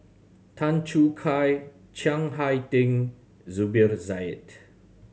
Tan Choo Kai Chiang Hai Ding Zubir Said